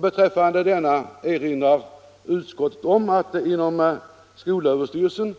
Beträffande denna erinrar utskottet om att det inom skolöverstyrelsen